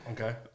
Okay